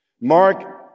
Mark